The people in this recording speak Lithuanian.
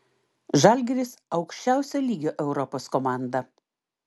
žalgiris aukščiausio lygio europos komanda